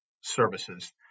services